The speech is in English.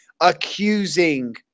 accusing